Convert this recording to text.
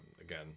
again